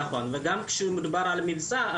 נכון וגם כשמדובר על מבצע,